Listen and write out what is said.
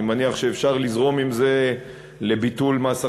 אני מניח שאפשר לזרום עם זה לביטול מס הכנסה,